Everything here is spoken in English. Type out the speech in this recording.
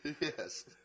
Yes